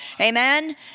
Amen